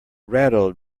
rattled